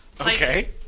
Okay